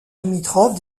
limitrophe